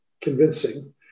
convincing